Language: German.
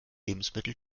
lebensmittel